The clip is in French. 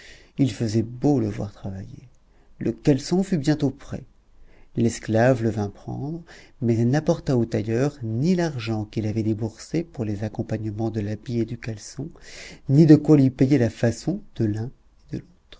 il faisait beau le voir travailler le caleçon fut bientôt fait l'esclave le vint prendre mais elle n'apporta au tailleur ni l'argent qu'il avait déboursé pour les accompagnements de l'habit et du caleçon ni de quoi lui payer la façon de l'un et de